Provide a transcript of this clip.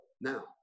now